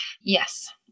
Yes